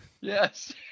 Yes